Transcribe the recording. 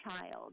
child